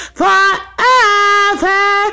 forever